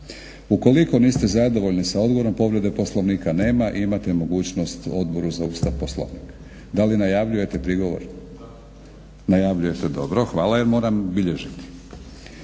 Ukoliko niste zadovoljni s odgovorom povrede Poslovnika nema i imate mogućnost Odboru za Ustav i Poslovnik. Da li najavljujete prigovor? Najavljujete, dobro. Hvala ja moram ubilježiti.